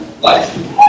life